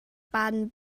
baden